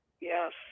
Yes